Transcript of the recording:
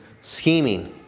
scheming